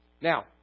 Now